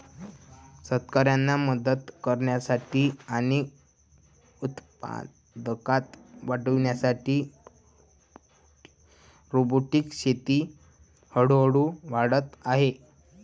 शेतकऱ्यांना मदत करण्यासाठी आणि उत्पादकता वाढविण्यासाठी रोबोटिक शेती हळूहळू वाढत आहे